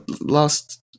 Last